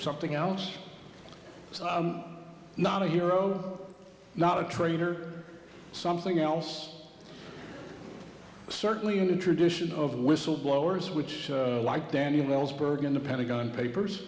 something else not a hero not a traitor something else certainly in the tradition of whistleblowers which are like daniel ellsberg in the pentagon papers